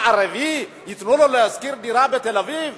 מה, ערבי, ייתנו לו לשכור דירה בתל-אביב?